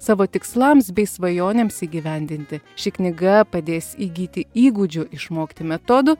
savo tikslams bei svajonėms įgyvendinti ši knyga padės įgyti įgūdžių išmokti metodų